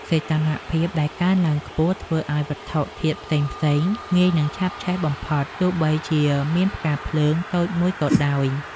សីតុណ្ហភាពដែលកើនឡើងខ្ពស់ធ្វើឱ្យវត្ថុធាតុផ្សេងៗងាយនឹងឆាប់ឆេះបំផុតទោះបីជាមានផ្កាភ្លើងតូចមួយក៏ដោយ។